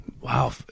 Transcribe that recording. Wow